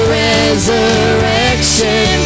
resurrection